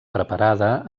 preparada